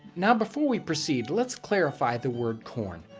now before we proceed, let's clarify the word corn.